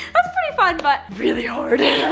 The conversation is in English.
was pretty fine but, really hard.